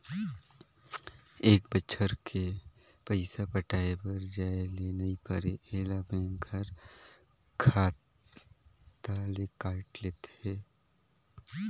ए बच्छर के पइसा पटाये बर जाये ले नई परे ऐला बेंक हर खाता ले कायट लेथे